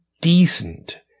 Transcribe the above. decent